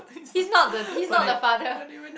he's not the he's not the father